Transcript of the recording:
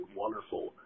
wonderful